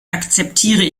akzeptiere